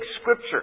Scripture